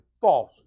false